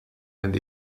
and